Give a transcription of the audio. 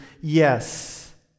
yes